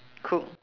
cook